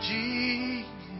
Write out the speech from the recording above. Jesus